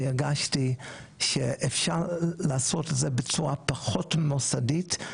והרגשתי שאפשר לעשות את זה בצורה פחות מוסדית,